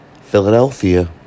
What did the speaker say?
Philadelphia